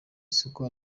isuka